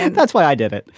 that's why i did it.